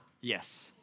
Yes